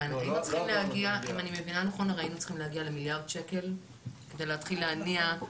אם אני מבינה נכון היינו צריכים להגיע למיליארד שקל כדי להתחיל להניע.